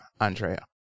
Andrea